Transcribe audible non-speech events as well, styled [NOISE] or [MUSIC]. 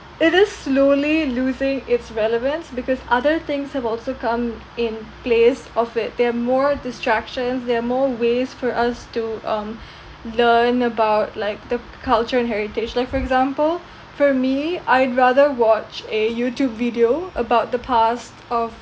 it is slowly losing its relevance because other things have also come in place of it there are more distractions there are more ways for us to um [BREATH] learn about like the culture and heritage like for example for me I'd rather watch a youtube video about the past of